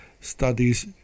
studies